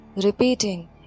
repeating